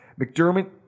McDermott